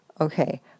Okay